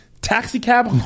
taxicab